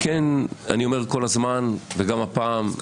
אני אומר כל הזמן וגם הפעם,